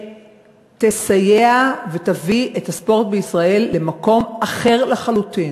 שתסייע ותביא את הספורט בישראל למקום אחר לחלוטין.